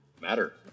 matter